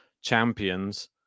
champions